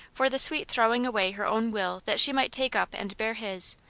for the sweet throw ing away her own will that she might take up and bear his,